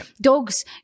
Dogs